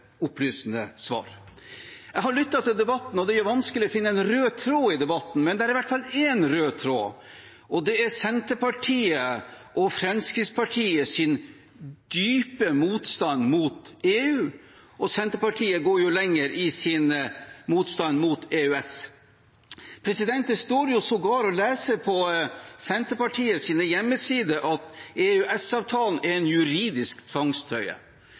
opplysende svar. Jeg har lyttet til debatten, og det er vanskelig å finne en rød tråd i debatten, men det er i hvert fall én rød tråd, og det er Senterpartiet og Fremskrittspartiets dype motstand mot EU. Senterpartiet går jo lenger i sin motstand mot EØS. Det står sågar å lese på Senterpartiets hjemmeside at EØS-avtalen er en juridisk